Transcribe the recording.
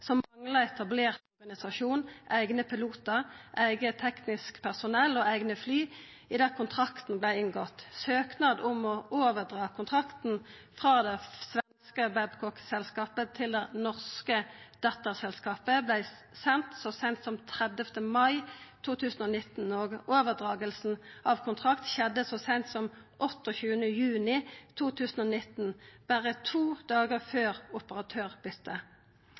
som mangla ein eigen etablert organisasjon, eigne pilotar, eige teknisk personell og eigne fly idet kontrakten vart inngått. Søknaden om å overdra kontrakten frå det svenske Babcock-selskapet til det norske dotterselskapet vart send så seint som 30. mai 2019, og overdraginga av kontrakten skjedde så seint som 28. juni 2019, berre to dagar før